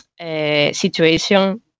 situation